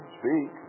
speak